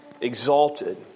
exalted